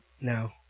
No